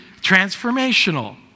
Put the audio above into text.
transformational